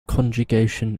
conjugation